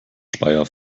speyer